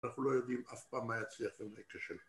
‫אנחנו לא יודעים אף פעם ‫מה יצא ומה יכשל